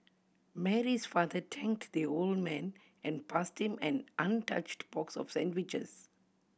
Mary's father thanked the old man and passed him an untouched box of sandwiches